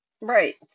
right